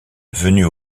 venue